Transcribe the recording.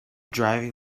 driving